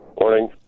Morning